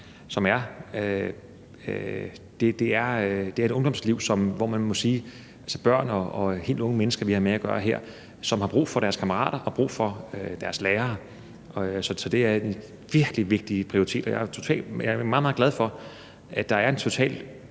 sige, at de børn og helt unge mennesker, vi har med at gøre, har brug for deres kammerater og deres lærere. Så det er en virkelig vigtig prioritet, og jeg er meget, meget glad for, at der er en total